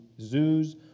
zoos